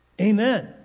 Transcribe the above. Amen